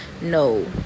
No